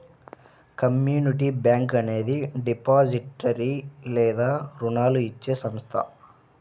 community bank అనేది depository లేదా రుణాలు ఇచ్చే సంస్థ